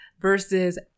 versus